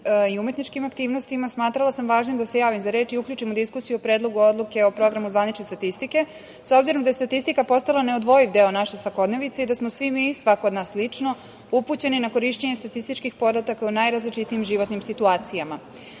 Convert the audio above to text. i umetničkim aktivnostima, smatrala sam važnim da se javim za reč i uključim u diskusiju o Predlogu odluke o Programu zvanične statistike s obzirom da je statistika postala neodvojiv deo naše svakodnevice i da smo svi mi, svako od nas lično, upućeni na korišćenje statističkih podataka u najrazličitijim životnim situacijama. Program